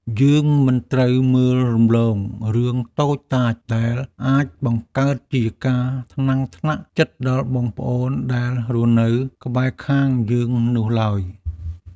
យើងមិនត្រូវមើលរំលងរឿងតូចតាចដែលអាចបង្កើតជាការថ្នាំងថ្នាក់ចិត្តដល់បងប្អូនដែលរស់នៅក្បែរខាងយើងនោះឡើយ។